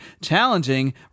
challenging